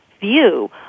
view